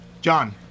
John